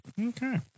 Okay